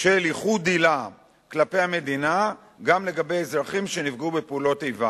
של ייחוד עילה כלפי המדינה גם לגבי אזרחים שנפגעו בפעולות איבה.